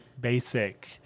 basic